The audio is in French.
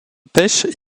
pêche